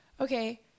okay